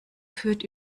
führt